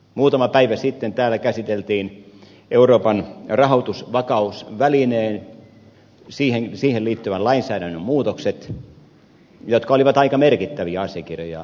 muutama päivä sitten täällä käsiteltiin euroopan rahoitusvakausvälineeseen liittyvän lainsäädännön muutokset jotka olivat aika merkittäviä asiakirjoja eduskunnan käsittelyssä